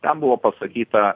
ten buvo pasakyta